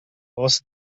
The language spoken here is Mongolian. улс